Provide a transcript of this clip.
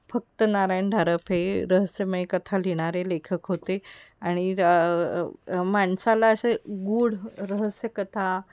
फक्त नारायण धारप हे रहस्यमय कथा लिहिणारे लेखक होते आणि माणसाला असे गुढ रहस्य कथा